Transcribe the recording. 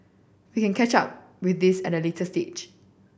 we can catch up with this at the later stage